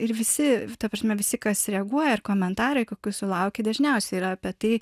ir visi ta prasme visi kas reaguoja ir komentarai kokių sulaukiu dažniausiai yra apie tai